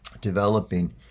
developing